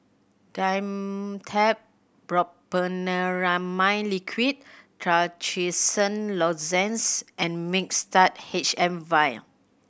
Dimetapp Brompheniramine Liquid Trachisan Lozenges and Mixtard H M Vial